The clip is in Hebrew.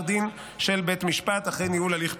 דין של בית משפט אחרי ניהול הליך פלילי.